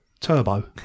Turbo